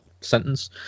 sentence